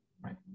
right